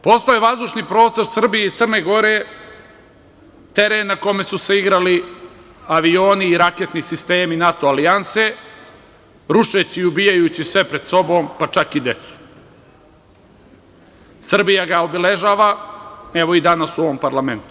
Postao je vazdušni prostor Srbije i Crne Gore teren na kome su se igrali avioni i raketni sistemi NATO alijanse rušeći i ubijajući sve pred sobom, pa čak i decu, Srbija ga obeležava, evo i danas u ovom parlamentu.